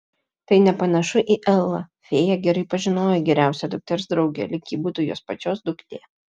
tai nepanašu į elą fėja gerai pažinojo geriausią dukters draugę lyg ji būtų jos pačios duktė